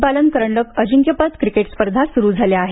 बालन करंडक अजिंक्यपद क्रिकेट स्पर्धा सुरू झाल्या आहेत